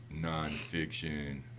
nonfiction